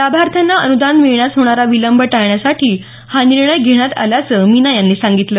लाभार्थ्यांना अनुदान मिळण्यास होणारा विलंब टाळण्यासाठी हा निर्णय घेण्यात आल्याचं मीना यांनी सांगितलं